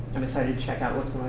i'm excited to check out what's